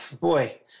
boy